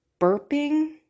burping